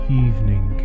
evening